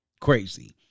Crazy